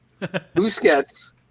Busquets